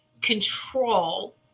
control